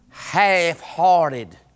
Half-hearted